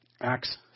Acts